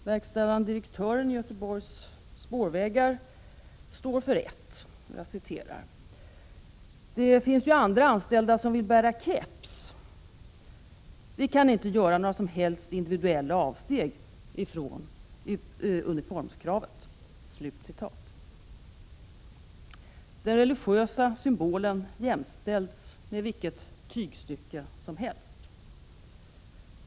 Verkställande direktören i Göteborgs spårvägar står för ett: ”Det finns ju andra anställda som vill bära keps. Vi kan inte göra några som helst individuella avsteg från uniformskravet.” Den religiösa symbolen jämställs med vilket tygstycke som helst.